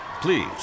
Please